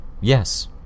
Yes